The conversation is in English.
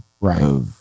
right